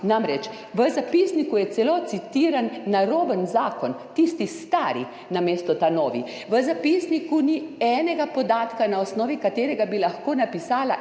Namreč, v zapisniku je celo citiran naroben zakon, tisti stari, namesto ta novi. V zapisniku ni enega podatka, na osnovi katerega bi lahko napisala